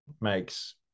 makes